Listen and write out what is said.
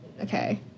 Okay